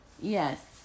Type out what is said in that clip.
Yes